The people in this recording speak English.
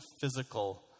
physical